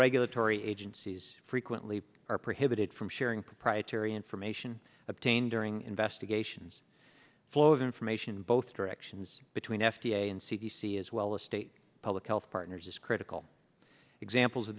regulatory agencies frequently are prohibited from sharing proprietary information obtained during investigations flow of information both directions between f d a and c d c as well as state public health partners is critical examples of